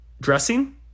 dressing